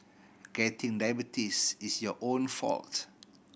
getting diabetes is your own fault